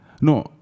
No